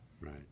Right